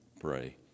pray